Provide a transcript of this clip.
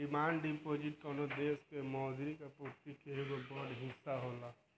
demand deposit कवनो देश के मौद्रिक आपूर्ति के एगो बड़ हिस्सा होला